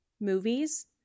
movies